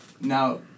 Now